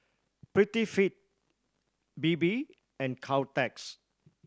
Prettyfit Bebe and Caltex